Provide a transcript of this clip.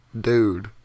Dude